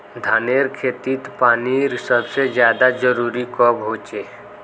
धानेर खेतीत पानीर सबसे ज्यादा जरुरी कब होचे?